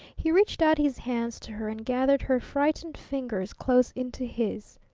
he reached out his hands to her and gathered her frightened fingers close into his.